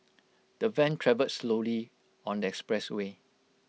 the van travelled slowly on the expressway